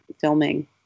filming